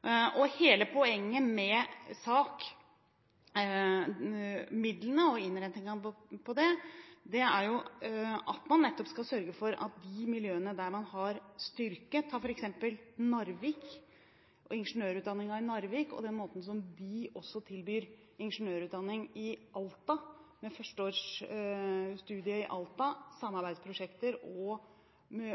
er at man nettopp skal sørge for at de miljøene der man har styrke også kan knyttes til andre studiesteder. Ta f.eks. ingeniørutdanningen i Narvik, som tilbyr førsteårsstudium i Alta samt samarbeidsprosjekter.